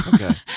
Okay